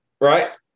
right